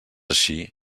així